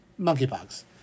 monkeypox